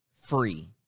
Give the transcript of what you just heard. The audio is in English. free